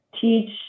teach